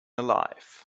alive